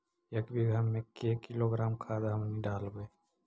एक बीघा मे के किलोग्राम खाद हमनि डालबाय?